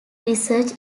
research